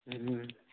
गाँवमे